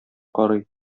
карый